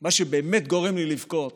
מה שבאמת גורם לי לבכות